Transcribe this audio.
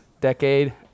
decade